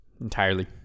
Entirely